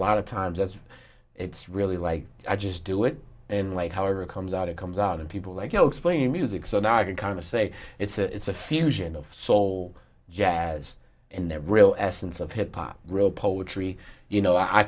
lot of times that's it's really like i just do it and like however it comes out it comes out and people like you know explain music so now i can kind of say it's a fusion of soul jazz and their real essence of hip hop real poetry you know i